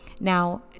Now